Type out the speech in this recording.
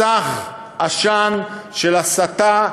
מסך עשן של הסתה,